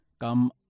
come